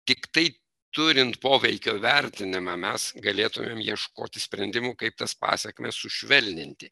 tiktai turint poveikio vertinimą mes galėtumėm ieškoti sprendimų kaip tas pasekmes sušvelninti